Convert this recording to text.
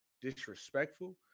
disrespectful